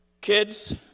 Kids